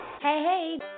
Hey